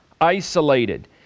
isolated